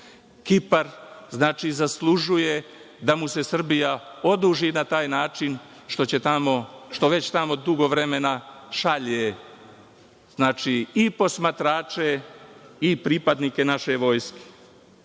Kipar znači zaslužuje da mu se Srbija oduži na taj način što već tamo dugo vremena šalje i posmatrače i pripadnike naše vojske. Sledeća